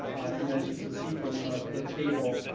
and as you can see from the the table,